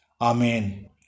Amen